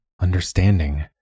understanding